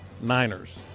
Niners